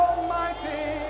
Almighty